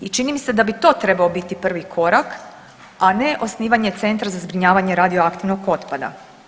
I čini mi se da bi to trebao biti prvi korak, a ne osnivanje Centra za zbrinjavanje radioaktivnog otpada.